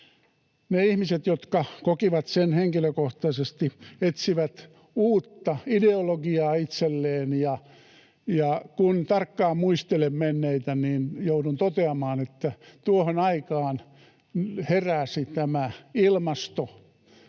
Ne ihmiset, jotka kokivat sen henkilökohtaisesti, etsivät uutta ideologiaa itselleen, ja kun tarkkaan muistelen menneitä, niin joudun toteamaan, että tuohon aikaan heräsi tämä